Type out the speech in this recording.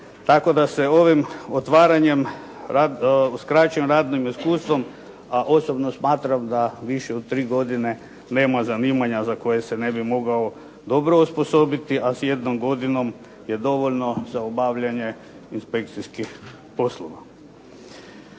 Tako da se ovim otvaranjem s kraćim radnim iskustvom, a osobno smatram da više od 3 godine nema zanimanja za koje se ne bi mogao dobro osposobiti a s jednom godinom je dovoljno za obavljanje inspekcijskih poslova.